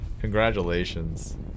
Congratulations